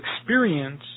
experience